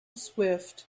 swift